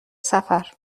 سفر